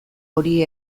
hori